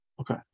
okay